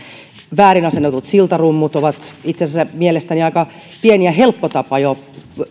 väärin asennettujen siltarumpujen muutokset ovat itse asiassa mielestäni aika pieni ja helppo tapa jo